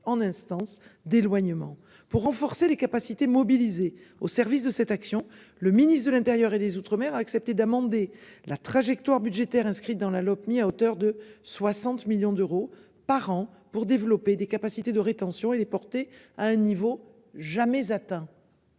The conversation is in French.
en instance d'éloignement pour renforcer les capacités mobilisées au service de cette action. Le ministre de l'Intérieur et des Outre-mer a accepté d'amender la trajectoire budgétaire inscrite dans la Lopmi à hauteur de 60 millions d'euros par an pour développer des capacités de rétention et est porter à un niveau jamais atteint.